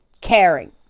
caring